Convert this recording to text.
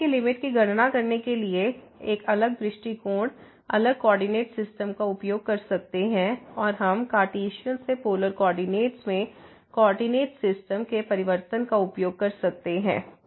इस तरह की लिमिट की गणना करने के लिए एक अलग दृष्टिकोण अलग कोऑर्डिनेट सिस्टम का उपयोग कर सकते हैं और हम कार्टेशियन से पोलर कोऑर्डिनेट में कोऑर्डिनेट सिस्टम के परिवर्तन का उपयोग कर सकते हैं